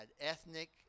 Ethnic